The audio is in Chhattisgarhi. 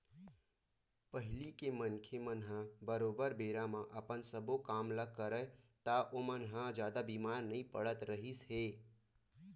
पहिली के मनखे मन ह बरोबर बेरा म अपन सब्बो काम ल करय ता ओमन ह जादा बीमार नइ पड़त रिहिस हे